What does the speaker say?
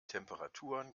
temperaturen